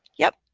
yep,